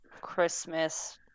Christmas